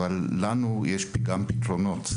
אבל יש לנו גם פתרונות.